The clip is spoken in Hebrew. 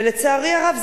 ולצערי הרב,